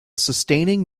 sustaining